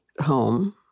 home